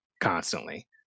constantly